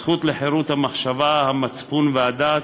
הזכות לחירות המחשבה, המצפון והדת,